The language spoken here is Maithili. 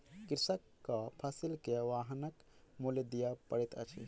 कृषकक फसिल के वाहनक मूल्य दिअ पड़ैत अछि